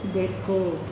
ಬೆಕ್ಕು